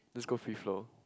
let's go free flow